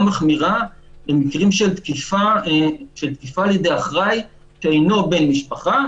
מחמירה במקרים של תקיפה על ידי אחראי שאינו בן משפחה,